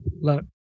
Look